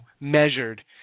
measured